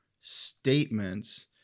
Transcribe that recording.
statements